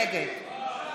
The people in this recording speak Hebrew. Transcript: נגד